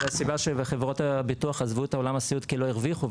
זו הסיבה שחברות הביטוח עזבו את עולם הסיעוד כי הם לא הרוויחו.